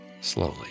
slowly